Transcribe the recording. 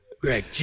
Greg